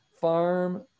farm